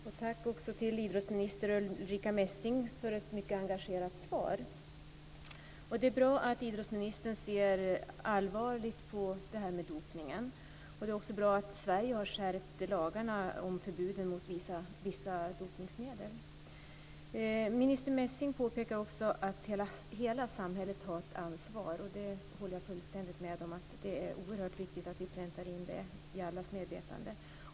Fru talman! Tack för ett mycket engagerat svar, idrottsminister Ulrica Messing. Det är bra att idrottsministern ser allvarligt på dopningen. Det är också bra att Sverige har skärpt lagen om förbud mot vissa dopningsmedel. Minister Messing påpekar också att hela samhället har ett ansvar, och jag håller fullständigt med om att det är oerhört viktigt att vi präntar in det i allas medvetande.